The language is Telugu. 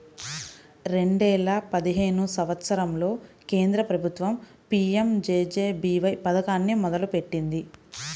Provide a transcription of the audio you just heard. రెండేల పదిహేను సంవత్సరంలో కేంద్ర ప్రభుత్వం పీయంజేజేబీవై పథకాన్ని మొదలుపెట్టింది